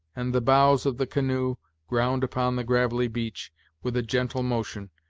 and the bows of the canoe ground upon the gravelly beach with a gentle motion,